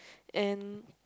and